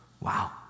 Wow